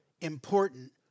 important